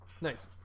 Nice